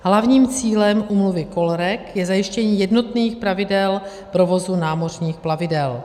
Hlavním cílem úmluvy COLREG je zajištění jednotných pravidel provozu námořních plavidel.